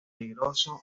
peligroso